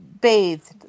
bathed